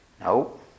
Nope